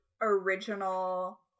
original